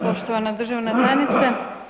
Poštovana državna tajnice.